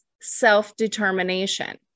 self-determination